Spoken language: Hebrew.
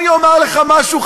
אני אומר לך משהו,